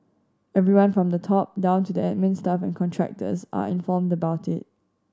everyone from the top down to the admin staff and contractors are informed about it